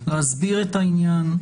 להסביר את העניין.